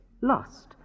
Lost